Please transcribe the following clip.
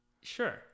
Sure